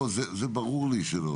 זה ברור לי שלא.